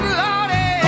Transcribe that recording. lordy